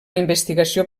investigació